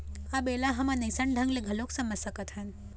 अब ऐला हमन अइसन ढंग ले घलोक समझ सकथन